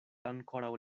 ankoraŭ